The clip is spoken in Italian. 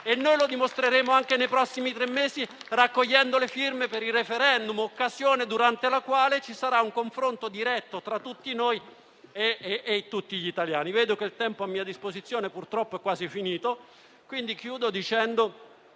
e noi lo dimostreremo anche nei prossimi tre mesi, raccogliendo le firme per il *referendum,* occasione durante la quale ci sarà un confronto diretto tra tutti noi e gli italiani. Visto che il tempo a mia disposizione purtroppo è quasi finito, chiudo dicendo